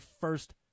first